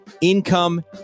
income